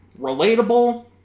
relatable